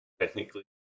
technically